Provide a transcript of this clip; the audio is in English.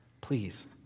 Please